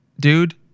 dude